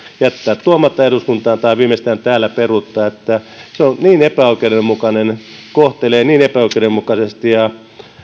jättää tuomatta eduskuntaan tai viimeistään täällä peruuttaa se on niin epäoikeudenmukainen ja kohtelee niin epäoikeudenmukaisesti ja